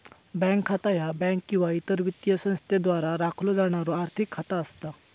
bank खाता ह्या bank किंवा इतर वित्तीय संस्थेद्वारा राखलो जाणारो आर्थिक खाता असता